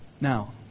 Now